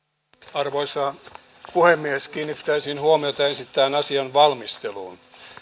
arvoisa puhemies kiinnittäisin huomiota esitettävän asian valmisteluun